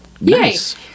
yes